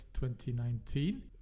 2019